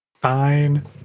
Fine